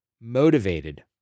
motivated